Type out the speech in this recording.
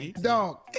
Dog